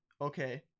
okay